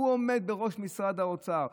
הוא עומד בראש משרד האוצר,